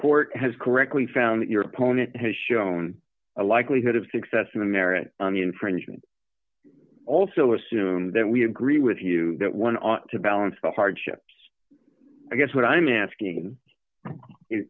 court has correctly found your opponent has shown a likelihood of success to merit on the infringement also assume that we agree with you that one ought to balance the hardships i guess what i'm asking is